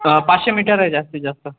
पाचशे मीटर आहे जास्तीत जास्त